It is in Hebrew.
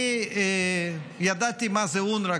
אני ידעתי מה זה אונר"א,